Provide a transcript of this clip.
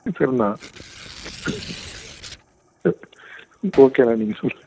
சரிண்ணா ஓகேண்ணா நீங்கள் சொல்